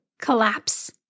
collapse